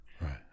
Right